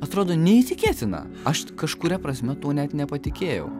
atrodo neįtikėtina aš kažkuria prasme to net nepatikėjau